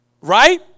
right